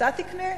אתה תקנה?